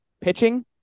pitching